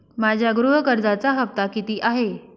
माझ्या गृह कर्जाचा हफ्ता किती आहे?